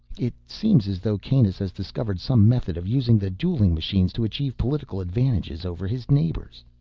it seems as though kanus has discovered some method of using the dueling machines to achieve political advantages over his neighbors.